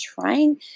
trying